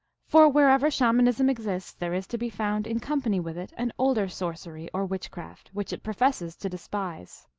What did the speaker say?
for wherever shamanism exists, there is to be found, in company with it, an older sorcery, or witch craft, which it professes to despise,